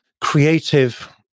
creative